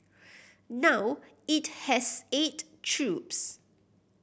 now it has eight troops